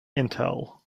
intel